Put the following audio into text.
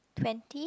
twenty